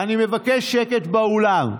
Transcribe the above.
אני מבקש שקט באולם.